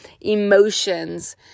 emotions